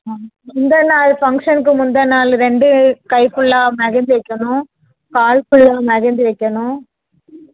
முந்தினநாள் ஃபங்க்ஷனுக்கு முந்தினநாள் ரெண்டு கை ஃபுல்லாக மெஹந்தி வைக்கணும் கால் ஃபுல்லாக மெஹந்தி வைக்கணும்